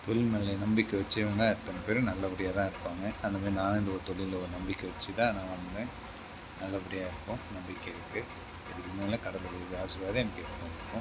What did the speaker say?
தொழில் மேலே நம்பி வைச்சவங்க அத்தனை பேரும் நல்லபடியாக தான் இருப்பாங்க அதில் நான் இந்த ஒரு தொழிலில் ஒரு நம்பிக்கை வச்சு தான் நான் வந்த நல்லபடியாயிருக்கோம் நம்பிக்கைருக்கு இதுக்குமேல் கடவுளுடைய ஆசீர்வாதம் எனக்கு எப்பவும் இருக்கும்